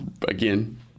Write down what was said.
again